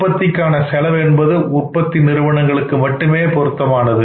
உற்பத்திக்கான செலவு என்பது உற்பத்தி நிறுவனங்களுக்கு மட்டுமே பொருத்தமானது